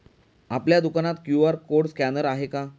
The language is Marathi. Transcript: आपल्या दुकानात क्यू.आर कोड स्कॅनर आहे का?